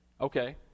okay